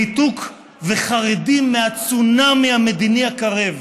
המעצמה הרוסית